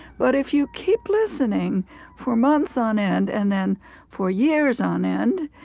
but if you keep listening for months on end, and then for years on end,